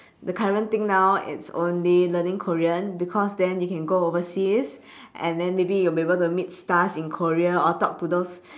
the current thing now it's only learning korean because then you can go overseas and then may be you will be able to meet stars in korea or talk to those